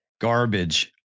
Garbage